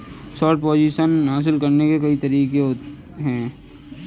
short position हासिल करने के कई तरीके हैं